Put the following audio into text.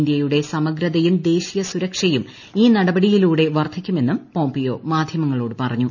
ഇന്ത്യയുടെ സമഗ്രതയും ദേശീയ സുരക്ഷയും പ്രാജ്ഞ നടപടിയിലൂടെ വർധിക്കുമെന്നും പോംപിയോ മാധ്യമങ്ങളോട് പറഞ്ഞു